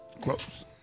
Close